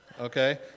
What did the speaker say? okay